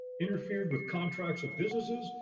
interfered with contracts of businesses,